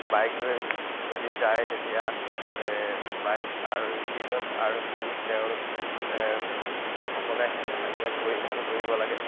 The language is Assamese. বাইক লৈ যদি যায় তেতিয়া বাইক আৰোহী যিজন আৰোহী তেওঁলোক সকলোৱে হে হেলমেট পৰিধান কৰিব লাগে